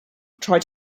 try